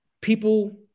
people